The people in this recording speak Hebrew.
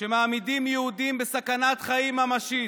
שמעמידים יהודים בסכנת חיים ממשית,